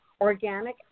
organic